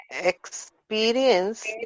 experience